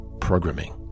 programming